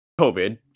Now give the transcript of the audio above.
COVID